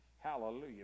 Hallelujah